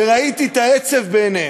וראיתי את העצב בעיניהם,